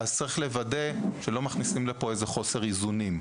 צריך גם לוודא שלא מכניסים חוסר איזונים,